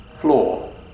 floor